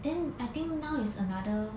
then I think now is another